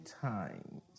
times